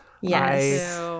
Yes